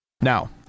Now